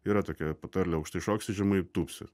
yra tokia patarlė aukštai šoksi žemai tūpsi